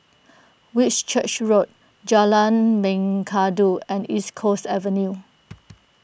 Whitchurch Road Jalan Mengkudu and East Coast Avenue